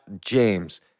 James